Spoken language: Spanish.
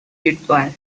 virtual